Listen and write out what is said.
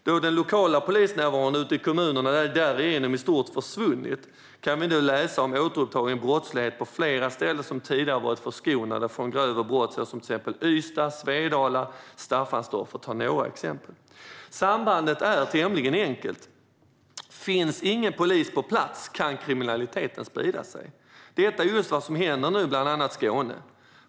Då den lokala polisnärvaron ute i kommunerna därigenom i stort sett har försvunnit kan vi nu läsa om återupptagen brottslighet på flera ställen som tidigare har varit förskonade från grövre brott, till exempel Ystad, Svedala och Staffanstorp. Sambandet är tämligen enkelt: Om det inte finns någon polis på plats kan kriminaliteten sprida sig. Detta är just vad som händer nu i bland annat Skåne.